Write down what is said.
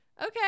Okay